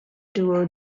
duo